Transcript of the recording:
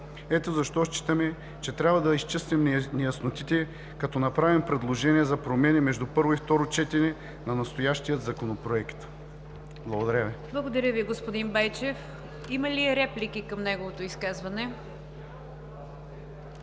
Ето защо считаме, че трябва да изчистим неяснотите, като направим предложение за промени между първо и второ четене на настоящия Законопроект. Благодаря Ви. ПРЕДСЕДАТЕЛ НИГЯР ДЖАФЕР: Благодаря Ви, господин Байчев. Има ли реплики към неговото изказване?